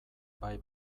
bai